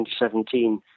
2017